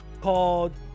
called